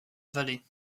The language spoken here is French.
vallée